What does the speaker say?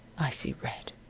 i see red.